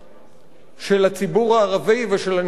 של הציבור הערבי ושל אנשי המצפון,